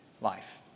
life